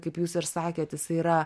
kaip jūs ir sakėt jisai yra